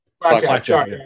Blackjack